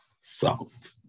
south